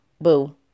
boo